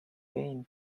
gain